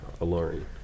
Alluring